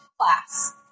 class